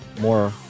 More